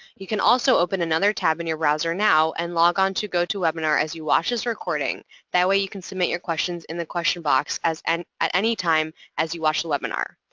you can also open another tab in your browser now and log onto go to webinar as you watch this recording that way you can submit your questions in the question box and at any time as you watch the webinar.